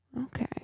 Okay